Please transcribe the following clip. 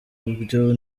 byo